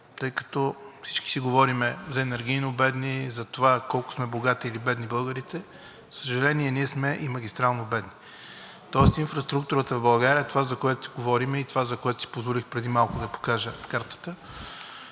тъй като всички си говорим за енергийно бедни, за това колко сме богати или бедни българите. За съжаление, ние сме и магистрално бедни. Тоест инфраструктурата в България е това, за което си говорим, и това, за което си позволих преди малко да покажа картата